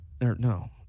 No